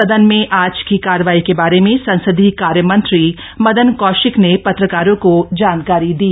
सदन में आज की कार्यवाही के बारे में संसदीय कार्यमंत्री मदन कौशिक ने पत्रकारों को जानकारी दी